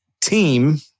team